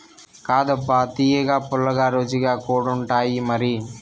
కాదబ్బా తియ్యగా, పుల్లగా, రుచిగా కూడుండాయిమరి